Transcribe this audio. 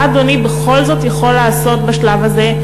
מה אדוני בכל זאת יכול לעשות בשלב הזה?